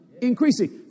increasing